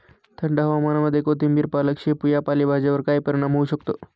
थंड हवामानामध्ये कोथिंबिर, पालक, शेपू या पालेभाज्यांवर काय परिणाम होऊ शकतो?